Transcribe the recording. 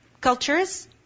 cultures